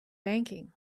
banking